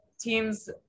teams